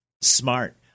smart